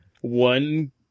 One